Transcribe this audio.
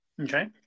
Okay